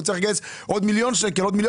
הוא צריך לגייס עוד מיליון שקלים,